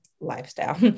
lifestyle